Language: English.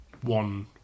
one